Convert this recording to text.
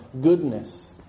goodness